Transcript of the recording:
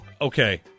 Okay